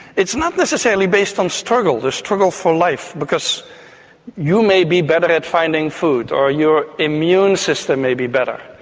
it's not necessarily based on struggle, the struggle for life, because you may be better at finding food, or your immune system may be better.